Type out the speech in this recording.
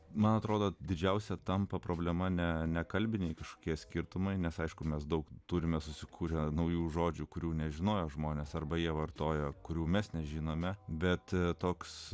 man atrodo didžiausia tampa problema ne nekalbiniai kažkokie skirtumai nes aišku mes daug turime susikūrę naujų žodžių kurių nežinojo žmonės arba jie vartoja kurių mes nežinome bet toks